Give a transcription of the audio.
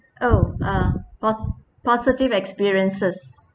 oh uh po~ positive experiences